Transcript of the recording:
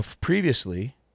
previously